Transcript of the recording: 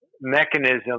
mechanism